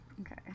Okay